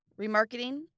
remarketing